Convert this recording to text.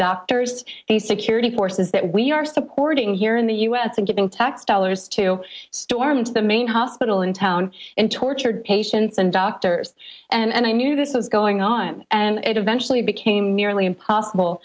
doctors the security forces that we are supporting here in the u s and getting tax dollars to storm into the main hospital in town and tortured patients and doctors and i knew this was going on and it eventually became nearly impossible